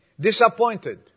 Disappointed